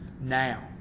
now